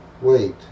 wait